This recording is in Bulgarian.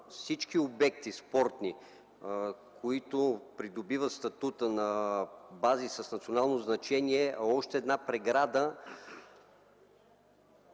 всички спортни обекти, които придобиват статута на бази с национално значение, са още една преграда